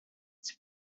its